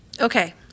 okay